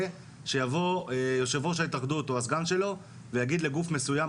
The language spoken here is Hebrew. שיבוא יושב-ראש ההתאחדות או הסגן שלו ויגיד לגוף מסוים,